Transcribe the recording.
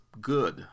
good